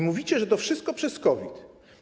Mówicie, że to wszystko przez COVID.